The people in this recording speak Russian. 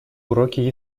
уроки